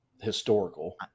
historical